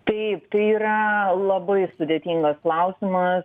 taip tai yra labai sudėtingas klausimas